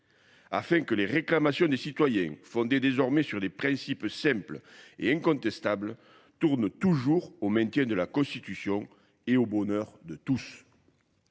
Afin que les réclamations des citoyens, fondées désormais sur des principes simples et incontestables, tournent toujours au maintien de la Constitution et au bonheur de tous.